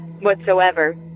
whatsoever